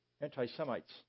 anti-Semites